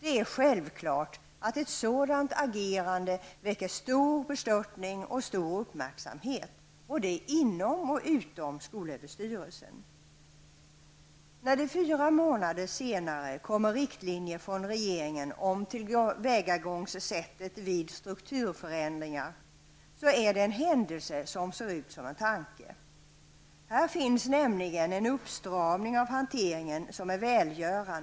Ett sådant agerande väcker självklart stor uppmärksamhet och bestörtning både inom och utom skolöverstyrelsen. Det är en händelse som ser ut som en tanke att det fyra månader senare från regeringen kommer riktlinjer om tillvägagångssättet vid strukturförändringar. Dessa är nämligen en välgörande uppstramning av hanteringen.